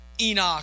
Enoch